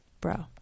bro